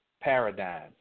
paradigm